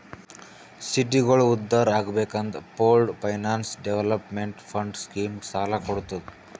ಸಿಟಿಗೋಳ ಉದ್ಧಾರ್ ಆಗ್ಬೇಕ್ ಅಂತ pooled finance development fund scheme ಸಾಲ ಕೊಡ್ತುದ್